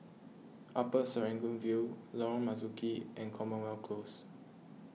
Upper Serangoon View Lorong Marzuki and Commonwealth Close